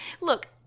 Look